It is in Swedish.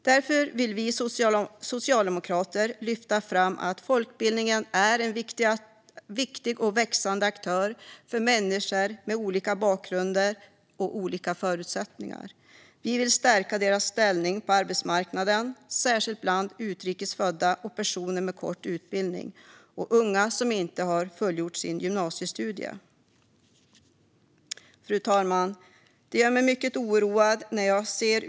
Därför vill vi socialdemokrater lyfta fram att folkbildningen är en viktig och växande aktör för människor med olika bakgrund och förutsättningar. Vi vill stärka deras ställning på arbetsmarknaden, och det gäller särskilt utrikes födda och personer med kort utbildning liksom unga som inte fullgjort sina gymnasiestudier. Fru talman!